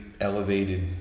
elevated